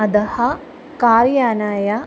अतः कार् यानाय